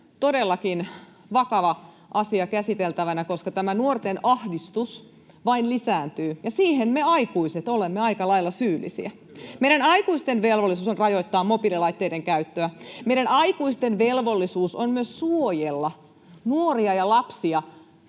todellakin vakava asia käsiteltävänä, koska tämä nuorten ahdistus vain lisääntyy ja siihen me aikuiset olemme aika lailla syyllisiä. Meidän aikuisten velvollisuus on rajoittaa mobiililaitteiden käyttöä. Meidän aikuisten velvollisuus on myös suojella nuoria ja lapsia